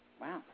Wow